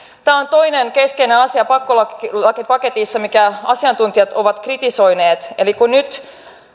tämä on toinen keskeinen asia pakkolakipaketissa mitä asiantuntijat ovat kritisoineet eli kun nyt